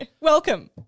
Welcome